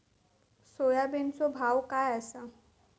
सोयाबीनचो भाव काय आसा?